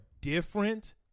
different